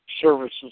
services